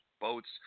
boats